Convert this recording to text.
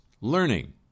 learning